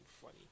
funny